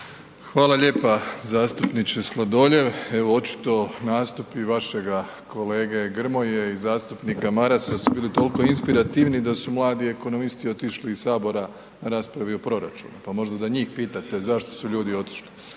Hvala lijepo, zastupniče Sladoljev. Evo očito nastupi vašega kolege Grmoje i zastupnika Marasa su bili toliko inspirativni da su mladi ekonomisti otišli iz Sabora o raspravo o proračunu pa možda da njih pitate zašto su ljudi otišli.